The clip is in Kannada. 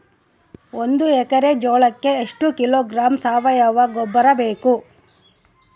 ಒಂದು ಎಕ್ಕರೆ ಜೋಳಕ್ಕೆ ಎಷ್ಟು ಕಿಲೋಗ್ರಾಂ ಸಾವಯುವ ಗೊಬ್ಬರ ಬೇಕು?